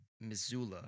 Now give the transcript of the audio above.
missoula